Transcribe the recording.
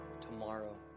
tomorrow